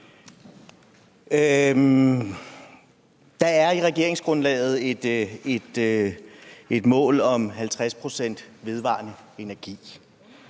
Der er i regeringsgrundlaget et mål om 50 pct. vedvarende energi.